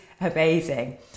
amazing